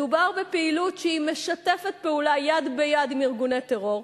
מדובר בפעילות שמשתפת פעולה יד ביד עם ארגוני טרור.